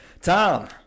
Tom